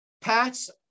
Pats –